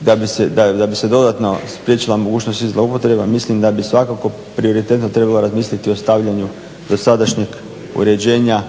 da bi se dodatno spriječila mogućnost zloupotreba mislim da bi svakako prioritetno trebala razmisliti o stavljanju dosadašnjeg uređenja